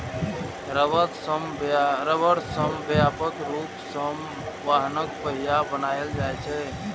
रबड़ सं व्यापक रूप सं वाहनक पहिया बनाएल जाइ छै